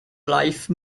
life